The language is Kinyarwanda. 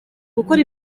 gukora